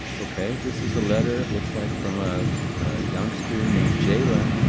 ok. this is a letter, it looks like from a, a youngster named jaylon.